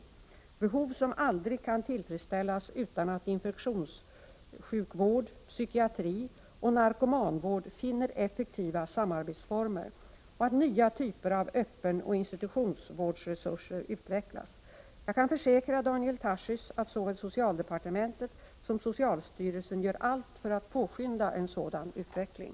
Det är behov som aldrig kan tillfredsställas utan att infektionssjukvård, psykiatri och narkomanvård finner effektiva samarbetsformer och att nya typer av öppenoch institutionsvårdsresurser utvecklas. Jag kan försäkra Daniel Tarschys att såväl socialdepartementet som socialstyrelsen gör allt för att påskynda en sådan utveckling.